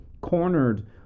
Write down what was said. cornered